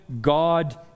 God